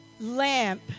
lamp